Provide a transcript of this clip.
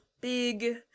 big